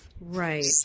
Right